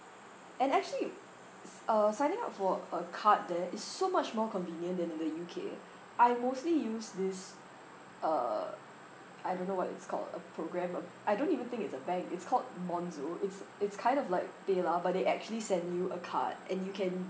and actually uh signing up for a card there is so much more convenient than in the U_K eh I mostly use this uh I don't know what it's called a programme of~ I don't even think it's a bank it's called monzo it's it's kind of like paylah but they actually send you a card and you can